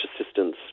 assistance